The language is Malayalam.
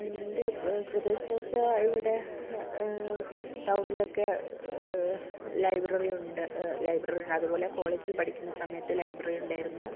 എൻ്റെ പ്ര പ്രദേശന്ന് വെച്ചാൽ ഇവിടെ ടൗണിലൊക്കെ ലൈബ്രറിയുണ്ട് ലൈബ്രറിയുണ്ട് അതുപോലെ കോളജിൽ പഠിക്കുന്ന സമയത്ത് ലൈബ്രറി ഉണ്ടായിരുന്നു